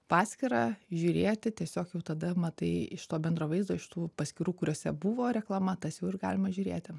paskyrą žiūrėti tiesiog jau tada matai iš to bendro vaizdo iš tų paskyrų kuriose buvo reklama tas jau ir galima žiūrėti